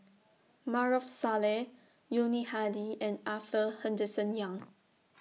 Maarof Salleh Yuni Hadi and Arthur Henderson Young